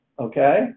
Okay